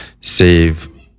save